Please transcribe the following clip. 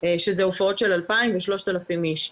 שאלו הופעות של 2,000 ו-3,000 איש.